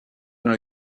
dans